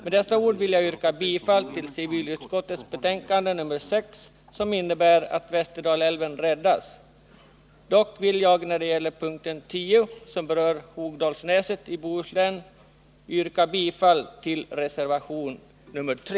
Med dessa ord vill jag yrka bifall till hemställan i civilutskottets betänkande nr 6, som innebär att Västerdalälven räddas. Dock vill jag när det gäller mom. 10, som berör Hogdalsnäset i Bohuslän, yrka bifall till reservationen 3.